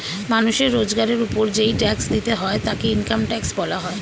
মানুষের রোজগারের উপর যেই ট্যাক্স দিতে হয় তাকে ইনকাম ট্যাক্স বলা হয়